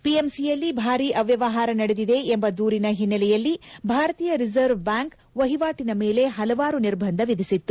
ಪಿಎಂಸಿಯಲ್ಲಿ ಭಾರಿ ಅವ್ಬವಹಾರ ನಡೆದಿದೆ ಎಂಬ ದೂರಿನ ಹಿನ್ನೆಲೆಯಲ್ಲಿ ಭಾರತೀಯ ರಿಸರ್ವ್ ಬ್ಬಾಂಕ್ ಬ್ಬಾಂಕ್ ವಹಿವಾಟಿನ ಮೇಲೆ ಪಲವಾರು ನಿರ್ಬಂಧ ವಿಧಿಸಿತ್ತು